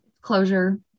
Closure